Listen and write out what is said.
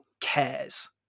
cares